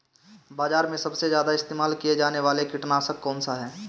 बाज़ार में सबसे ज़्यादा इस्तेमाल किया जाने वाला कीटनाशक कौनसा है?